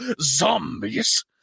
zombies